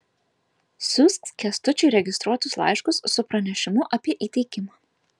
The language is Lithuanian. siųsk kęstučiui registruotus laiškus su pranešimu apie įteikimą